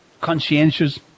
conscientious